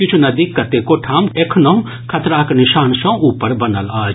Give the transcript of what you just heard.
किछ् नदी कतेको ठाम एखनहुं खतराक निशान सॅ ऊपर बनल अछि